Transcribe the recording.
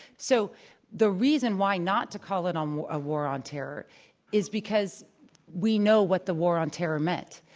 so the reason why not to call it um a war on terror is because we know what the war on terror meant.